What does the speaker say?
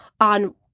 on